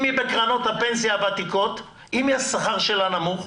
אם היא בקרנות הפנסיה הוותיקות, אם השכר שלה נמוך,